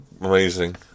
Amazing